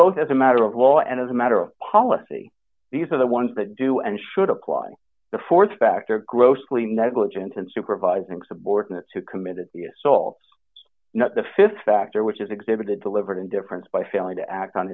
both as a matter of law and as a matter of policy these are the ones that do and should apply the th factor grossly negligent in supervising subordinates who committed the assaults not the th factor which is exhibited delivered indifference by failing to act on